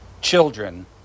children